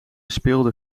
speelde